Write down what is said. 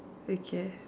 okay